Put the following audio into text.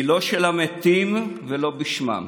היא לא של המתים ולא בשמם.